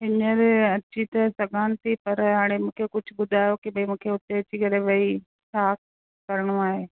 हींअर अची त सघां थी पर हाणे मूंखे कुझु ॿुधायो की भाई मूंखे उते अची रे भाई छा करिणो आहे